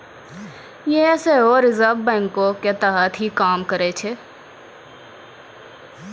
यें सेहो रिजर्व बैंको के तहत ही काम करै छै